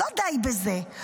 לא די בזה,